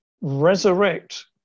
resurrect